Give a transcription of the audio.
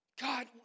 God